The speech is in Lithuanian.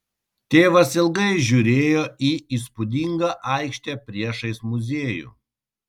tėvas ilgai žiūrėjo į įspūdingą aikštę priešais muziejų